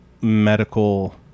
medical